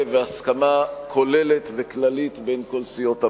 והסכמה כוללת וכללית בין כל סיעות הבית.